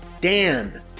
Dan